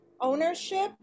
ownership